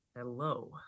hello